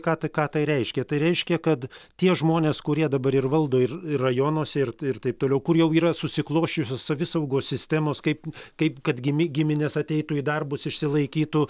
ką tai ką tai reiškia tai reiškia kad tie žmonės kurie dabar ir valdo ir ir rajonuose ir ir taip toliau kur jau yra susiklosčiusios savisaugos sistemos kaip kaip kad gimi giminės ateitų į darbus išsilaikytų